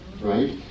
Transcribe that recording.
right